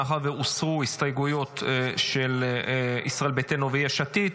מאחר שהוסרו הסתייגויות של ישראל ביתנו ויש עתיד,